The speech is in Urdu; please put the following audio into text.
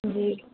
جی